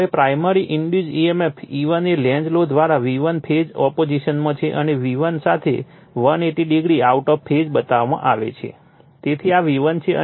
હવે primary induced emf E1 એ Lenz law દ્વારા V1 ફેઝ ઓપોજીશનમાં છે અને V1 સાથે 180o આઉટ ઓફ ફેઝ બતાવવામાં આવેલ છે